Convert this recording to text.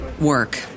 work